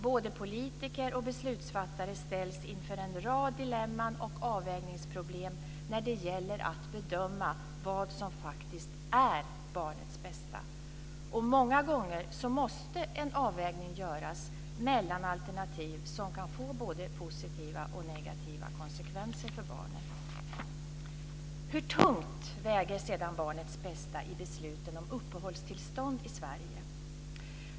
Både politiker och beslutsfattare ställs inför en rad dilemman och avvägningsproblem när det gäller att bedöma vad som faktiskt är barnets bästa. Många gånger måste en avvägning göras mellan alternativ som kan få både positiva och negativa konsekvenser för barnet. Hur tungt väger sedan barnets bästa i besluten om uppehållstillstånd i Sverige?